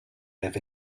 live